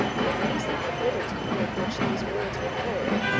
the amazing rapidity with which these words were uttered,